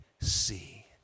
see